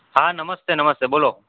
હાં નમસ્તે નમસ્તે બોલો